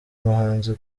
muhanzi